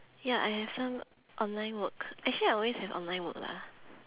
ya I have some online work actually I always have online work lah